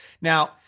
Now